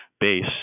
base